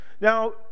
Now